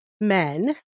men